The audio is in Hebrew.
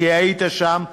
כי היית שם,